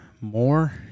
more